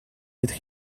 être